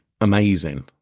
amazing